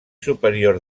superior